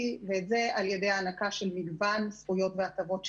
על-ידי הענקה של מגוון זכויות והטבות.